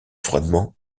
froidement